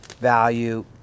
value